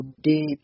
deep